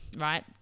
right